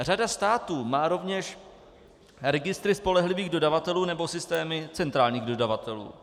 Řada států má rovněž registry spolehlivých dodavatelů nebo systémy centrálních dodavatelů.